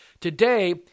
Today